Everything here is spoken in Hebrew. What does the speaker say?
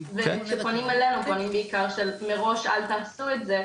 שפונים אלינו פונים בעיקר של מראש אל תעשו את זה,